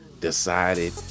decided